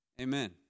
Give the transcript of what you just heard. Amen